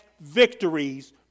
victories